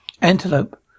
Antelope